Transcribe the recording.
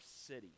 city